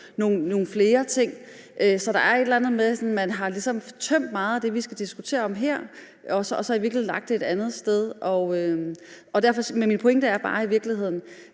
nogle flere ting. Så der er et eller andet med, at man har tømt meget af det, vi skal diskutere her, og i virkeligheden har lagt det et andet sted. Min pointe er i virkeligheden